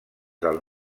del